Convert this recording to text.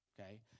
okay